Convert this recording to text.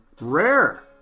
rare